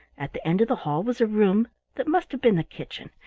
at the end of the hall was a room that must have been the kitchen.